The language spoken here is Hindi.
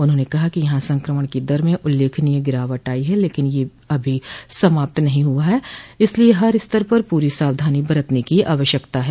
उन्होंने कहा कि यहां संकमण की दर में उल्लेखनीय गिरावट आई है लकिन यह अभी समाप्त नहीं हुआ है इसलिए हर स्तर पूरी सावधानी बरतने की आवश्यकता है